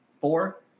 four